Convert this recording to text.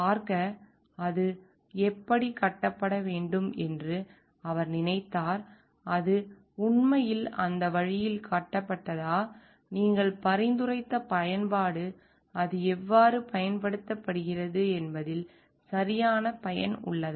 பார்க்க அது எப்படி கட்டப்பட வேண்டும் என்று அவர் நினைத்தார் அது உண்மையில் அந்த வழியில் கட்டப்பட்டதா நீங்கள் பரிந்துரைத்த பயன்பாடு அது எவ்வாறு பயன்படுத்தப்படுகிறது என்பதில் சரியான பயன் உள்ளதா